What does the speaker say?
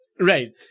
Right